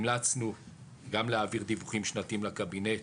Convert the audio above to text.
המלצנו גם להעביר דיווחים שנתיים לקבינט